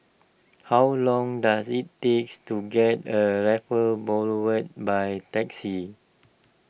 how long does it takes to get to Raffles Boulevard by taxi